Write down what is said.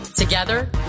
Together